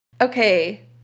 Okay